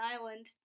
island